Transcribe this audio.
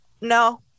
No